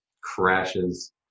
crashes